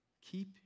keep